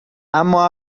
اما